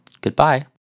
Goodbye